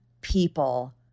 people